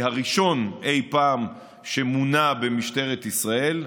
הראשון שאי פעם מונה במשטרת ישראל,